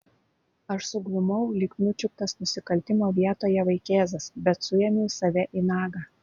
aš suglumau lyg nučiuptas nusikaltimo vietoje vaikėzas bet suėmiau save į nagą